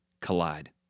collide